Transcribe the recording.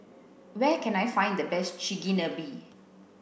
where can I find the best Chigenabe